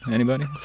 anybody?